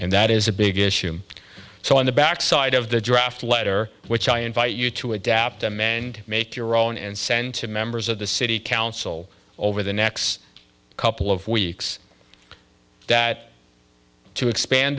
and that is a big issue so on the backside of the draft letter which i invite you to adapt them and make your own and send to members of the city council over the next couple of weeks that to expand